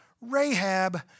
Rahab